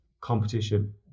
competition